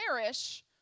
perish